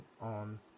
on